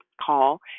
call